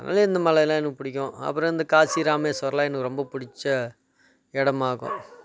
அதனால் இந்த மலைலாம் எனக்கு பிடிக்கும் அப்பறம் இந்த காசி ராமேஸ்வரலாம் எனக்கு ரொம்ப பிடிச்ச இடமா இருக்கும்